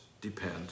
depend